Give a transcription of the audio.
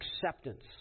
acceptance